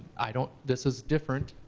i don't, this is different.